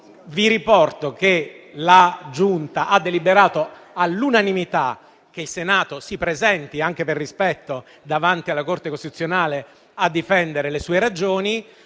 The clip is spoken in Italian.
immunità parlamentari ha deliberato all'unanimità che il Senato si presenti, anche per rispetto, davanti alla Corte costituzionale a difendere le sue ragioni.